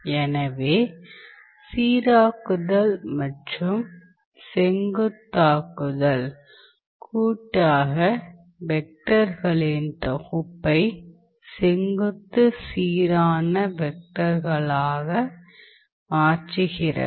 எனவே சீராக்குதல் மற்றும் செங்குத்தாக்குதல் கூட்டாக வெக்டர்களின் தொகுப்பை செங்குத்து சீரான வெக்டர்களாக மாற்றுகிறது